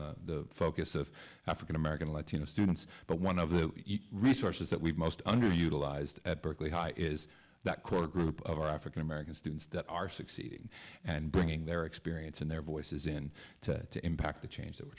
the focus of african american latino students but one of the resources that we've most underutilized at berkeley high is that core group of african american students that are succeeding and bringing their experience and their voices in to to impact the change that we're